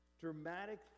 Dramatic